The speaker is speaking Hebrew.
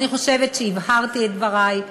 אני חושבת שהבהרתי את דברי.